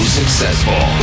successful